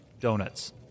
donuts